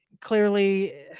clearly